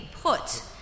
put